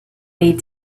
they